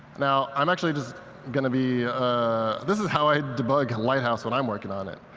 now i'm actually just going to be this is how i debug lighthouse when i'm working on it.